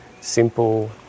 Simple